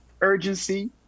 urgency